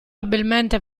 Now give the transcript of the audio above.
abilmente